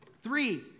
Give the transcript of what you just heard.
Three